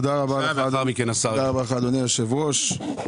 תודה רבה, אדוני היושב-ראש.